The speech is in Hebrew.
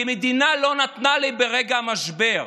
כי המדינה לא נתנה לי ברגע המשבר.